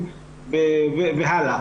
זה אמור להתפרסם ולהיות מועבר.